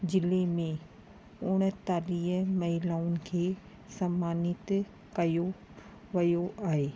ज़िले में उणतालीह महिलाउनि खे समानित कयो वियो आहे